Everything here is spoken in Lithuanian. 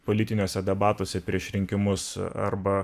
politiniuose debatuose prieš rinkimus arba